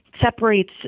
separates